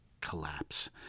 collapse